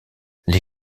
les